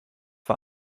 war